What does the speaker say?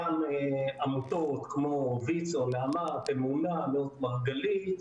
גם לעמותות כמו ויצו, נעמ"ת, אמונה, נאות מרגלית,